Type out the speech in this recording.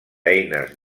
eines